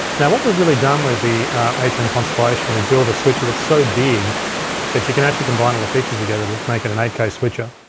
now what we've really done with the atem and constellation is build a switcher that's so big that you can actually combine all the features together to make it an eight k switcher.